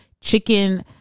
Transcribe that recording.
chicken